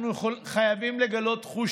אנחנו חייבים לגלות חוש